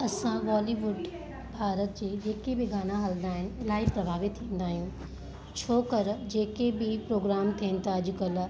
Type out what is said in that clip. असां वॉलीवुड भारत जे जेके बि गाना हलंदा आहिनि इलाई प्रभावित थींदा आहियूं छो कर जे के बि प्रोग्राम थियनि था अॼु कल्ह